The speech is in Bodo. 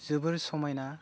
जोबोर समायना